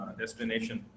destination